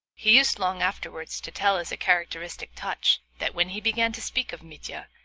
he used long afterwards to tell as a characteristic touch, that when he began to speak of mitya,